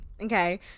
Okay